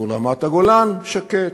שגבול רמת-הגולן שקט,